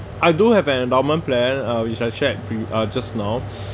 I do have an endowment plan uh which I check pre~ uh just now